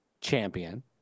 champion